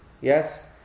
Yes